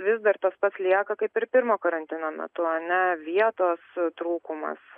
vis dar tas pats lieka kaip ir pirmo karantino metu a ne vietos trūkumas